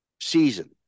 season